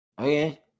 Okay